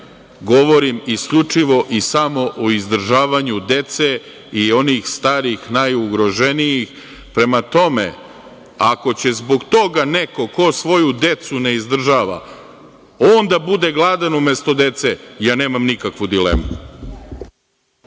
govorim isključivo i samo o izdržavanju dece i onih starih, najugroženijih. Prema tome, ako će zbog toga neko ko svoju decu ne izdržava, on da bude gladan umesto dece, ja nemam nikakvu dilemu.